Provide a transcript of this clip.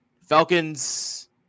Falcons